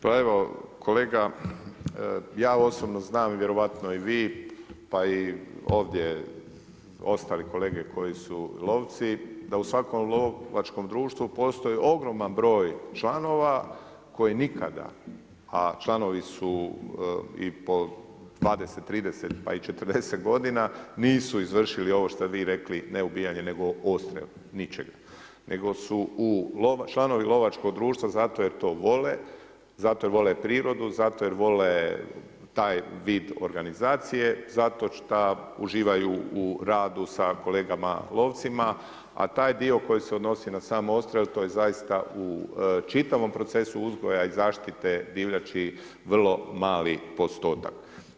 Pa evo kolega, ja osobno znam i vjerojatno i vi, pa i ovdje ostali kolege koji su lovci da u svakom lovačkom društvu postoji ogroman broj članova koji nikada a članovi su i po 20, 30 pa i 40 godina, nisu izvršili ovo što ste vi rekli, ne ubijanje nego odstrel ničeg, nego su članovi lovačkog društva zato jer to vole, zato jer vole prirodu, zato jer vole taj vid organizacije, zašto šta uživaju u radu sa kolegama lovcima a taj dio koji se odnosi na sam odstrel to je zaista u čitavom procesu uzgoja i zaštite divljači, vrlo mali postotak.